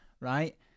right